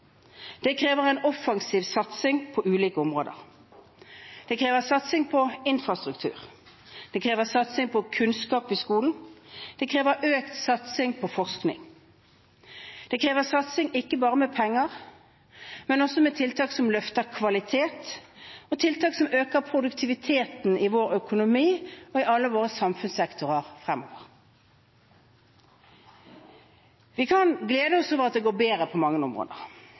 Det krever en offensiv satsing på ulike områder. Det krever satsing på infrastruktur. Det krever satsing på kunnskap i skolen. Det krever økt satsing på forskning. Det krever satsing ikke bare med penger, men også med tiltak som løfter kvalitet, og tiltak som øker produktiviteten i vår økonomi og i alle våre samfunnssektorer fremover. Vi kan glede oss over at det går bedre på mange områder.